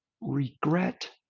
Regret